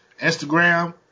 Instagram